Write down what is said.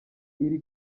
iri